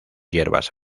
hierbas